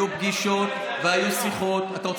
שקט, שקט, חברים.